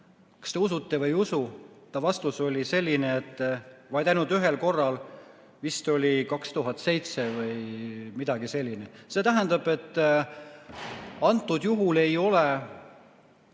Kas te usute või ei usu, ta vastus oli selline, et ainult ühel korral, vist oli 2007 või midagi sellist. See tähendab, et antud juhul ei olegi